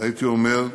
הייתי אומר,